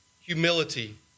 humility